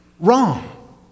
wrong